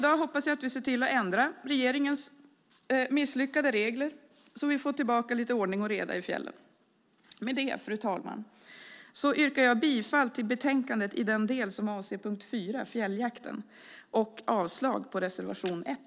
Jag hoppas att vi i dag ser till att ändra regeringens misslyckade regler så att vi åter får lite ordning och reda i fjällen. Med detta, fru talman, yrkar jag bifall till utskottets förslag i betänkandet i den del som avser punkt 4, fjälljakten, samt avslag på reservation 1.